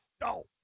No